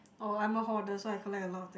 oh I am a hoarder so I collect a lot of things